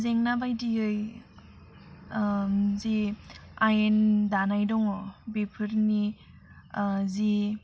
जेंना बायदियै जि आयेन दानाय दङ बिफोरनि जि